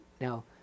Now